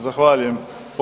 Zahvaljujem.